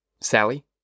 Sally